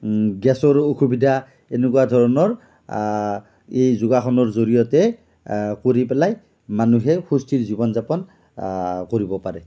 গেছৰ অসুবিধা এনেকুৱা ধৰণৰ এই যোগাসনৰ জৰিয়তে কৰি পেলাই মানুহে সুস্থিৰ জীৱন যাপন কৰিব পাৰে